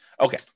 Okay